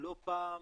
לא פעם